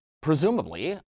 presumably